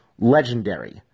legendary